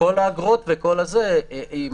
וכל האגרות וכל הזה יימשך.